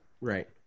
Right